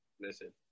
Listen